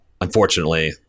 unfortunately